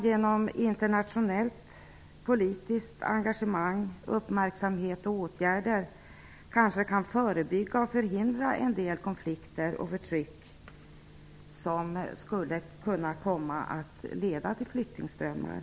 Genom internationellt politiskt engagemang, uppmärksamhet och åtgärder kan man kanske förebygga och förhindra en del konflikter och förtryck som skulle kunna leda till flyktingströmmar.